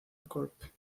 corp